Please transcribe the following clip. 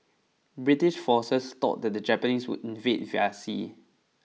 British forces thought that the Japanese would invade via sea